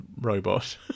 robot